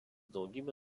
daugybę